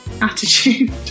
attitude